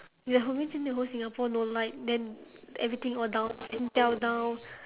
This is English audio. you imagine the whole singapore no light then everything all down singtel down